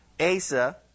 Asa